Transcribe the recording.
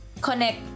connect